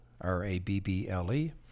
R-A-B-B-L-E